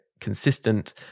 consistent